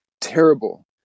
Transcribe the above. terrible